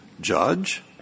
Judge